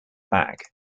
back